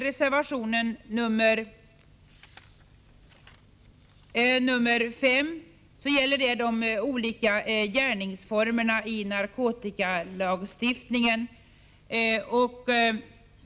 Reservation 5 gäller de olika gärningsformerna i narkotikalagstiftningen.